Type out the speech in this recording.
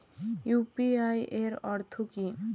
UPI এর অর্থ কি?